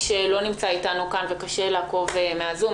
שלא נמצא איתנו כאן וקשה לעקוב מהזום,